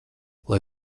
lai